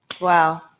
Wow